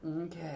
Okay